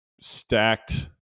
stacked